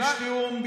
יש תיאום ביטחוני,